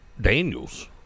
Daniels